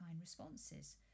responses